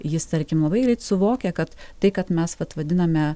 jis tarkim labai greit suvokia kad tai kad mes vat vadiname